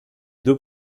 deux